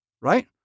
right